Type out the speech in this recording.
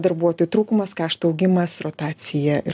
darbuotų trūkumas kaštų augimas rotacija ir